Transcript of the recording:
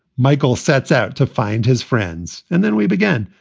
michael sets out to find his friends. and then we began.